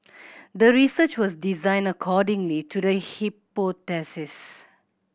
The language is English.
the research was designed accordingly to the hypothesis